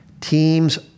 teams